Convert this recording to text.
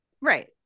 Right